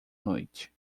noite